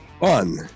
on